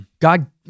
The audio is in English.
God